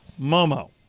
Momo